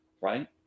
Right